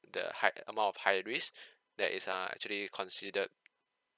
the high amount of high risk that is err actually considered